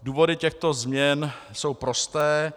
Důvody těchto změn jsou prosté.